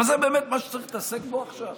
אבל זה באמת מה שצריך להתעסק בו עכשיו?